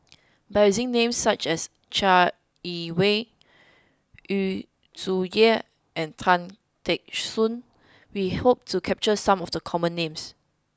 by using names such as Chai Yee Wei Yu Zhuye and Tan Teck Soon we hope to capture some of the common names